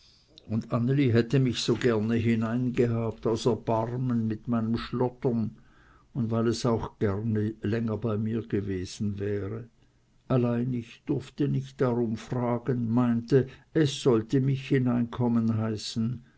und anneli hätte mich so gerne hinein gehabt aus erbarmen mit meinem schlottern und weil auch es gerne länger bei mir gewesen wäre allein ich durfte nicht darum fragen meinte es sollte mich hinein kommen heißen